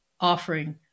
offering